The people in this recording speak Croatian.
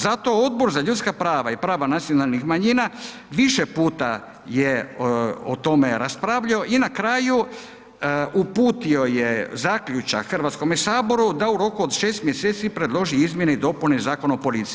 Zato Odbor za ljudska prava i prava nacionalnih manjina više puta je o tome raspravljao i na kraju uputio je zaključak Hrvatskome saboru da u roku od 6 mjeseci predloži izmjene i dopune Zakona o policiji.